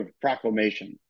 proclamation